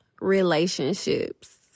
relationships